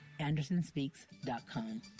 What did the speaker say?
Andersonspeaks.com